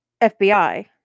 FBI